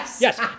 yes